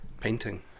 painting